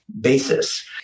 basis